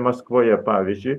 maskvoje pavyzdžiui